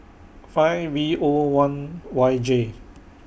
five V O one Y J